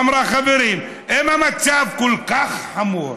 אמרה: חברים, אם המצב כל כך חמור